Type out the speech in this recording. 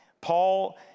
Paul